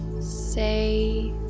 say